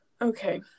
Okay